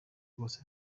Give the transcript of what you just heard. rwose